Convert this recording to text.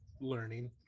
learning